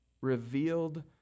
revealed